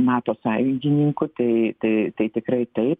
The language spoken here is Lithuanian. nato sąjungininkų tai tai tai tikrai taip